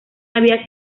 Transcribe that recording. había